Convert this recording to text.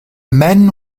man